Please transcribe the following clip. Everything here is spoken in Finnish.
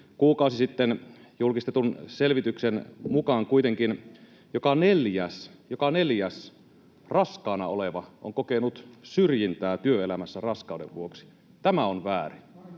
Kuukausi sitten julkistetun selvityksen mukaan kuitenkin joka neljäs — joka neljäs — raskaana oleva on kokenut syrjintää työelämässä raskauden vuoksi. [Eduskunnasta: